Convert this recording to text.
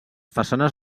façanes